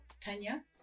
Tanya